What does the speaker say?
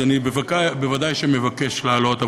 בוודאי שאני מבקש לעלות,